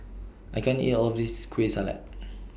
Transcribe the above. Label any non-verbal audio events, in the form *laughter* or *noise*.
I can't eat All of This Kueh Salat *noise*